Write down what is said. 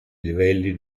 livelli